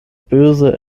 böse